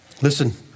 Listen